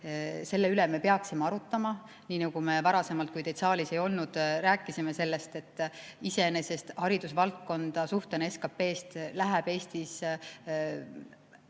selle üle me peaksime arutama, nii nagu me varasemalt, kui teid saalis ei olnud, rääkisime sellest, et iseenesest haridusvaldkonda suhtena SKT‑st läheb Eestis